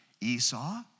Esau